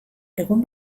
egun